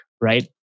right